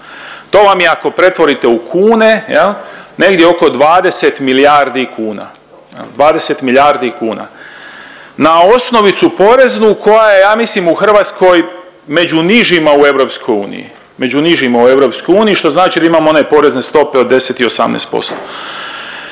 To vam je ako pretvorite u kune jel negdje oko 20 milijardi kuna, 20 milijardi kuna. Na osnovicu poreznu koja je ja mislim u Hrvatskoj među nižima u EU, među nižima u EU što znači da imamo one porezne stope od 10 i 18%.